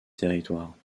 territoire